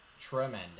tremendous